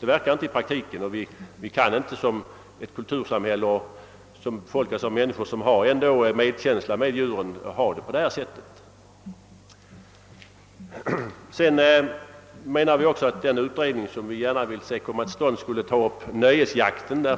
fungerar inte i praktiken. I ett kultursamhälle som vårt, befolkat av människor med medkänsla för djuren, kan vi inte längre acceptera situationen i dag på djurskyddsområdet. Vi vill också att den utredning som vi hoppas på skall ta upp frågan om nöjesjakten.